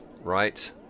right